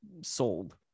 sold